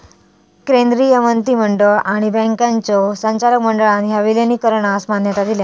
केंद्रीय मंत्रिमंडळ आणि बँकांच्यो संचालक मंडळान ह्या विलीनीकरणास मान्यता दिलान